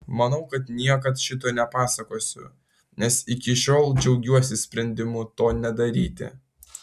manau kad niekad šito nepasakosiu nes iki šiol džiaugiuosi sprendimu to nedaryti